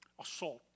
assault